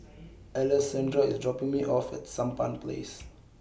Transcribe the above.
Alessandra IS dropping Me off At Sampan Place